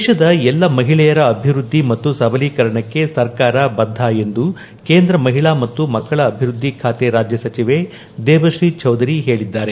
ದೇಶದ ಎಲ್ಲ ಮಹಿಳೆಯರ ಅಭಿವೃದ್ದಿ ಮತ್ತು ಸಬಲೀಕರಣಕ್ಕೆ ಸರ್ಕಾರ ಬದ್ದ ಎಂದು ಕೇಂದ್ರ ಮಹಿಳಾ ಮತ್ತು ಮಕ್ಕಳ ಅಭಿವೃದ್ದಿ ಖಾತೆ ರಾಜ್ಯ ಸಚಿವೆ ದೇಬಶ್ರೀ ಚೌಧುರಿ ಹೇಳಿದ್ದಾರೆ